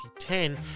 2010